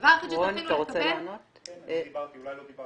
הדבר היחיד שזכינו לענות --- זה לא נכון.